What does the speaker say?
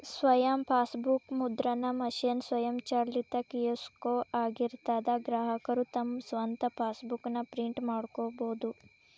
ಸ್ವಯಂ ಫಾಸ್ಬೂಕ್ ಮುದ್ರಣ ಮಷೇನ್ ಸ್ವಯಂಚಾಲಿತ ಕಿಯೋಸ್ಕೊ ಆಗಿರ್ತದಾ ಗ್ರಾಹಕರು ತಮ್ ಸ್ವಂತ್ ಫಾಸ್ಬೂಕ್ ನ ಪ್ರಿಂಟ್ ಮಾಡ್ಕೊಬೋದು